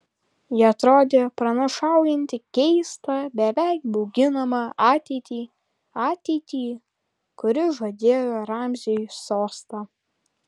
ji atrodė pranašaujanti keistą beveik bauginamą ateitį ateitį kuri žadėjo ramziui sostą